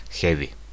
heavy